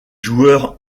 joueurs